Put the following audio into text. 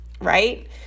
Right